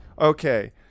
Okay